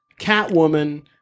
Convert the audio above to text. Catwoman